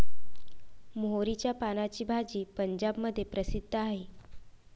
मोहरीच्या पानाची भाजी पंजाबमध्ये प्रसिद्ध आहे